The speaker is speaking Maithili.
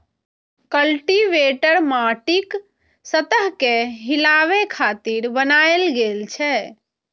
कल्टीवेटर माटिक सतह कें हिलाबै खातिर बनाएल गेल छै